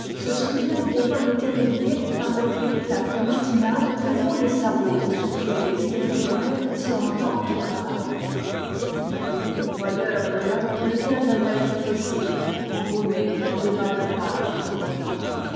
se souvient d'y avoir été réveillé par le clic clac matinal que font les sabots des ouvriers et ouvrières se rendant au travail mais le broyeur de lin devient un être fossile embaumé dans d'aimables pages de renan